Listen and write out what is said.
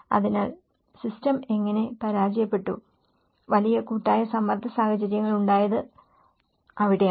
അതിനാൽ സിസ്റ്റം എങ്ങനെ പരാജയപ്പെട്ടു വലിയ കൂട്ടായ സമ്മർദ്ദ സാഹചര്യങ്ങൾ ഉണ്ടായത് അവിടെയാണ്